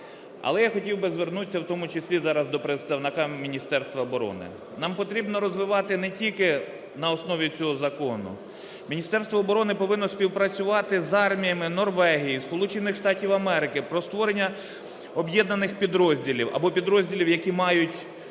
Але я хотів би звернутися в тому числі зараз до представника Міністерства оборони. Нам потрібно розвивати не тільки на основі цього закону, Міністерство оборони повинно співпрацювати з арміями Норвегії, Сполучених Штатів Америки про створення об'єднаних підрозділів або підрозділів, які мають…